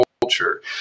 culture